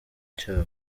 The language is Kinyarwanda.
cyabo